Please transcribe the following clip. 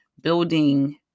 building